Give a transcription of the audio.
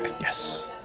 Yes